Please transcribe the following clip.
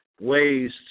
ways